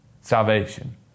salvation